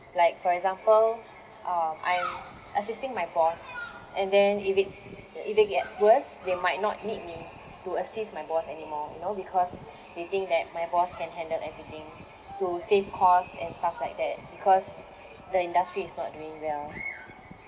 like for example um I'm assisting my boss and then if it's if it gets worse they might not need me to assist my boss anymore you know because they think that my boss can handle everything to save costs and stuff like that because the industry is not doing well